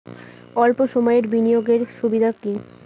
অল্প সময়ের বিনিয়োগ এর সুবিধা কি?